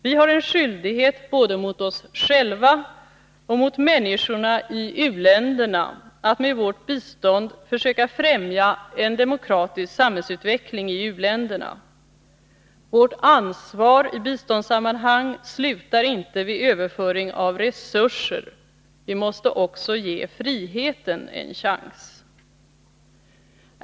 Vi har en skyldighet både mot oss själva och mot människorna i u-länderna att med vårt bistånd försöka främja en demokratisk samhällsutveckling i u-länderna. Vårt ansvar i biståndssammanhang slutar inte vid överföring av resurser. Vi måste också ge friheten en chans.